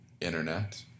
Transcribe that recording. Internet